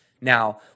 Now